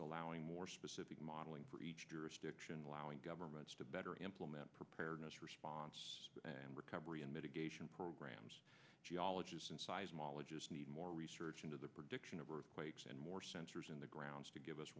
allowing more specific modeling for each jurisdiction allowing governments to better implement preparedness response and recovery in mitigation programs geologists and seismologists need more research into the prediction of earthquakes and more sensors in the grounds to give us